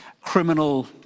criminal